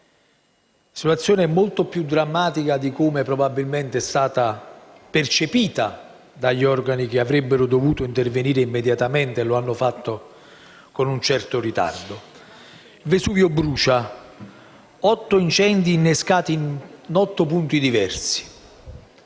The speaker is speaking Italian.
La situazione è molto più drammatica di come probabilmente è stata percepita dagli organi che avrebbero dovuto intervenire immediatamente, ma che lo hanno fatto con un certo ritardo. Il Vesuvio brucia, a causa di otto incendi innescati in otto punti diversi.